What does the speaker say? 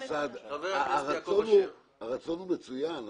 הרצון מצוין,